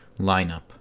lineup